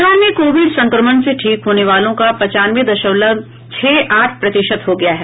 बिहार में कोविड संक्रमण से ठीक होने वालों का पंचानवे दशमलव छह आठ प्रतिशत हो गया है